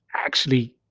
actually,